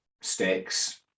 sticks